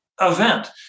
event